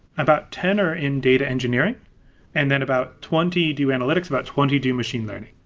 about ten are in data engineering and then about twenty do analytics, about twenty do machine learning.